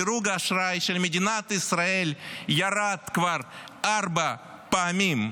דירוג האשראי של מדינת ישראל ירד כבר ארבע פעמים.